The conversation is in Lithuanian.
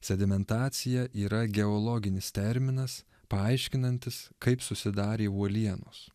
sedimentacija yra geologinis terminas paaiškinantis kaip susidarė uolienos